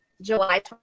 july